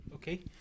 Okay